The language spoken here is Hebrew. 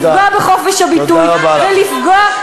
לפגוע בחופש הביטוי ולפגוע,